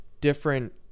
different